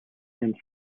and